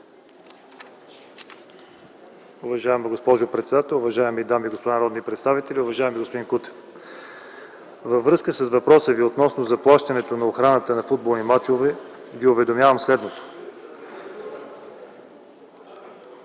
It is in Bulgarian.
Уважаема госпожо председател, уважаеми дами и господа народни представители! Уважаеми господин Кутев, във връзка с въпроса Ви относно заплащането на охраната на футболни мачове, Ви уведомявам следното.